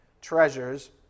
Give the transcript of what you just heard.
treasures